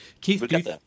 Keith